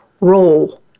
role